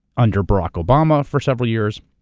under barack obama for several years.